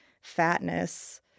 fatness